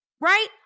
right